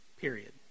period